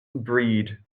breed